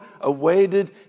awaited